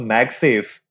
MagSafe